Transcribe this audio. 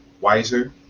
wiser